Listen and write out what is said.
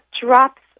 drops